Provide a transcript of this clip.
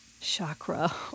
Chakra